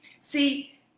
See